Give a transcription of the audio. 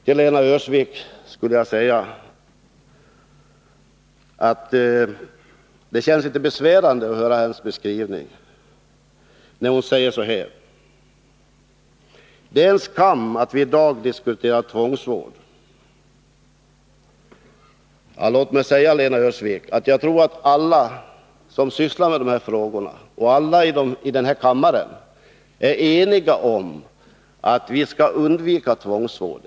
Till Lena Öhrsvik skulle jag vilja säga att det känns litet besvärande att höra hennes beskrivning, när hon säger att det är en skam att vi i dag diskuterar tvångsvård. Låt mig säga till Lena Öhrsvik att jag tror att alla som sysslar med de här frågorna och alla i den här kammaren är eniga om att vi skall undvika tvångsvård.